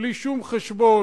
בלי שום חשבון,